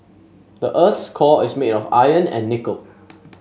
the earth's core is made of iron and nickel